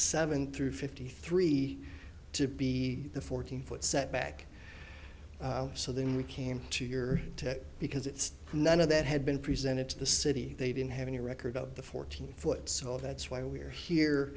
seven through fifty three to be the fourteen foot setback so then we came to your tech because it's none of that had been presented to the city they didn't have any record of the fourteen foot cell that's why we're here